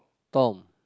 Tom